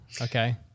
okay